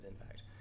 impact